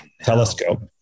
telescope